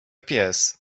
pies